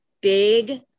big